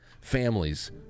families